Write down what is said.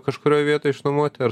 kažkurioj vietoj išnuomoti ar